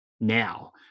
now